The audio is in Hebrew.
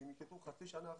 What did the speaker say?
כי הם נקלטו חצי שנה אחרי,